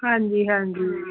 ਹਾਂਜੀ ਹਾਂਜੀ